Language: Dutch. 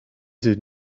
zit